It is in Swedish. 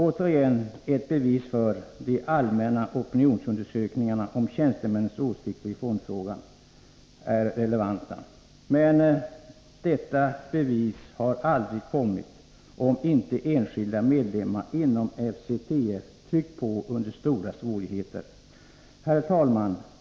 Återigen ett bevis för att de allmänna opinionsundersökningarna om tjänstemännens åsikter i fondfrågan är relevanta. Men detta bevis hade aldrig kommit, om inte enskilda medlemmar inom FCTF tryckt på under stora svårigheter. Herr talman!